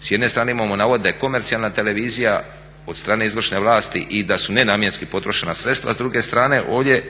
s jedne strane imamo navode komercijalna televizija od strane izvršne vlasti i da u nenamjenski potrošena sredstva, s druge strane ovdje